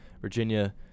Virginia